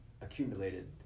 accumulated